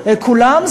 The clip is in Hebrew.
כולם,